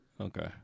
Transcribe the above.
Okay